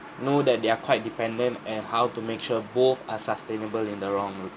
know that they are quite dependent and how to make sure both are sustainable in the wrong